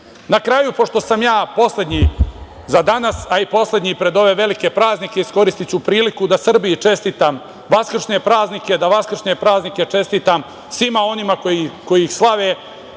kraju, pošto sam ja poslednji za danas, a i poslednji pred ove velike praznike, iskoristiću priliku da Srbiji čestitam vaskršnje praznike, da vaskršnje praznike čestitam svima onima kojih ih slave,